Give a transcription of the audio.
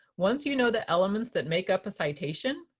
once you know the elements that make up a citation,